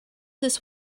this